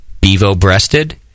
bevo-breasted